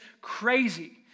crazy